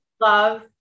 love